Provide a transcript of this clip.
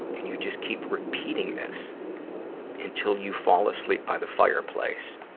and you just keep repeating this until you fall asleep by the fireplace.